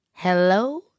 Hello